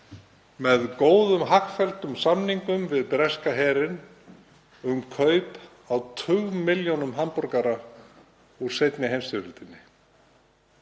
með góðum hagfelldum samningum við breska herinn um kaup á tugmilljónum hamborgara úr seinni heimsstyrjöldinni.